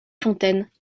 fontaines